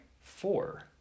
four